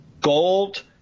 gold